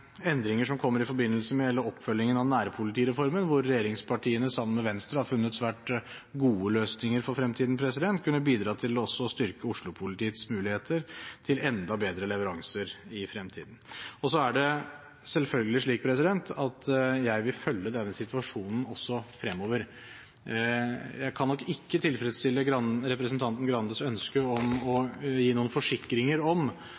endringer som kommer i forbindelse med oppfølgingen av nærpolitireformen, der regjeringspartiene sammen med Venstre har funnet svært gode løsninger for fremtiden, kunne bidra til å styrke Oslo-politiets muligheter til enda bedre leveranser i fremtiden. Så er det selvfølgelig slik at jeg vil følge denne situasjonen også fremover. Jeg kan nok ikke tilfredsstille representanten Skei Grandes ønske om å gi noen forsikringer om